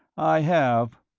i have.